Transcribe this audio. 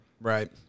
Right